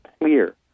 clear